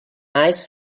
ice